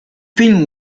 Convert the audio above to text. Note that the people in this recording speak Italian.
film